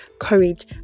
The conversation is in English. courage